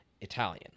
Italian